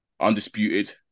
undisputed